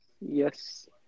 yes